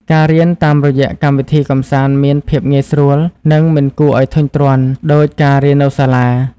ការរៀនតាមរយៈកម្មវិធីកម្សាន្តមានភាពងាយស្រួលនិងមិនគួរឱ្យធុញទ្រាន់ដូចការរៀននៅសាលា។